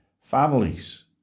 families